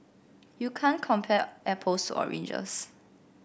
you can't compare apples to oranges